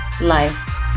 life